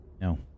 No